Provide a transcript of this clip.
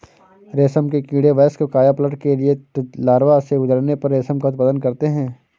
रेशम के कीड़े वयस्क कायापलट के लिए लार्वा से गुजरने पर रेशम का उत्पादन करते हैं